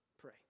Pray